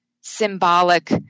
symbolic